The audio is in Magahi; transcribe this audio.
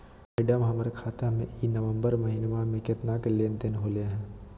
मैडम, हमर खाता में ई नवंबर महीनमा में केतना के लेन देन होले है